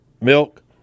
milk